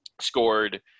Scored